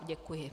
Děkuji.